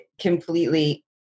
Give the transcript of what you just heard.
completely